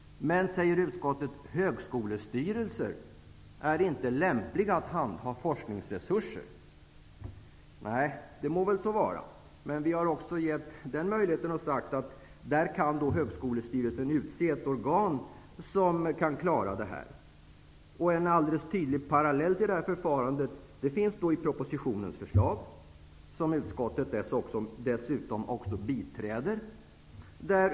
Men utskottet hävdar att högskolestyrelser inte är lämpliga att handa forskningsresurser. Det må väl så vara. Men vi i Centerpartiet hävdar att en högskolestyrelse kan utse ett organ som kan klara de frågorna. Det finns en alldeles tydlig parallell till det förfarandet i propositionen, som utskottet dessutom biträder.